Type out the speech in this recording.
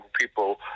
people